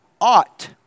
ought